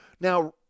Now